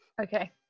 Okay